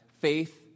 faith